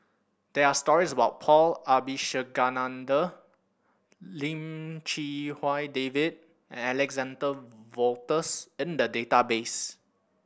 there are stories about Paul Abisheganaden Lim Chee Wai David Alexander Wolters in the database